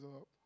up